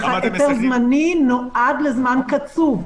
היתר זמני נועד לזמן קצוב.